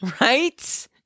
Right